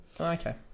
Okay